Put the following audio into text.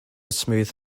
smooth